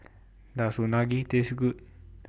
Does Unagi Taste Good